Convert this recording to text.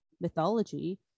mythology